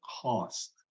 cost